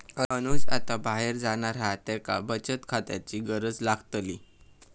अनुज आता बाहेर जाणार हा त्येका बचत खात्याची गरज लागतली